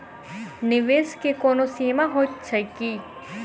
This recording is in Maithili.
निवेश केँ कोनो सीमा होइत छैक की?